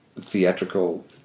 theatrical